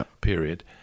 period